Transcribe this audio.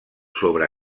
sobre